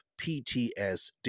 PTSD